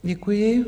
Děkuji.